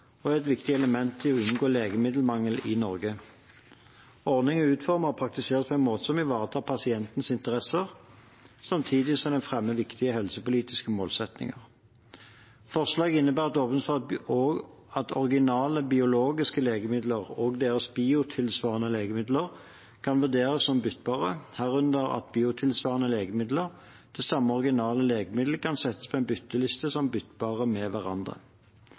og er et viktig element for å unngå legemiddelmangel i Norge. Ordningen er utformet og praktiseres på en måte som ivaretar pasientens interesser, samtidig som den fremmer viktige helsepolitiske målsettinger. Forslaget innebærer at det åpnes for at også originale biologiske legemidler og deres biotilsvarende legemidler kan vurderes som byttbare, herunder at biotilsvarende legemidler til samme originale legemiddel kan settes på en bytteliste som byttbare med hverandre.